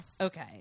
okay